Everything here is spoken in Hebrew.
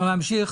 להמשיך.